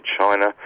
China